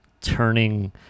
turning